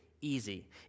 easy